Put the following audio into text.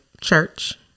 church